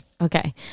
Okay